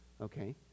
Okay